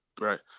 Right